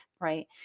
right